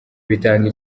bitanga